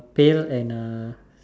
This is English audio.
tail and a